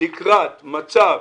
לקראת מצב